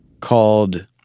called